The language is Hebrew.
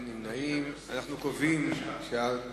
נמנעים, אין.